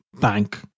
bank